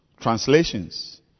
translations